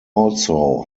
also